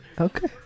Okay